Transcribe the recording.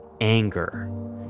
anger